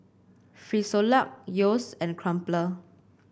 Frisolac Yeo's and Crumpler